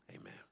Amen